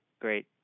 Great